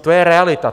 To je realita.